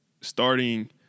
starting